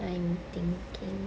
I'm thinking